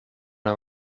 and